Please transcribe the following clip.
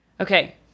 Okay